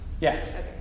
Yes